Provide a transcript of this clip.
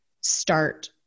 start